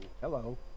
Hello